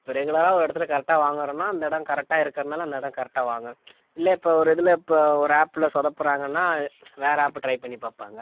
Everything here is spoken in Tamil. இப்போ ரெகுலராக ஒரு இடத்துல கரெக்டாக வாங்குகிறோனா அந்த இடம் கரெக்டாக இருக்கறதுனால அந்த இடம் கரெக்டாக வாங்குகிறோம் இல்லை இப்போ ஒரு இதில் இப்போ ஒரு ஆப்பில் சொதப்புராங்கன்னா வேற ஆப்யை ட்ரை பண்ணி பார்ப்பாங்க